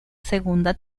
segunda